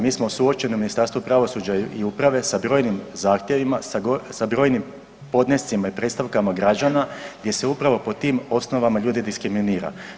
Mi smo suočeni u Ministarstvu pravosuđa i uprave sa brojnim zahtjevima, sa brojnim podnescima i predstavkama građana gdje se upravo po tim osnovama ljude diskriminira.